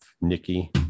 Nikki